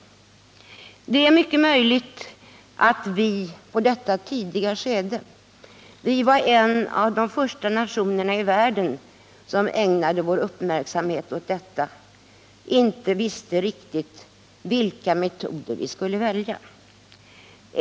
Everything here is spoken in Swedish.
Det är mycket möjligt att vi i detta tidiga skede — vi var en av de första nationerna i världen som ägnade vår uppmärksamhet åt detta — inte riktigt visste vilka metoder vi skulle välja.